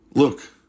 Look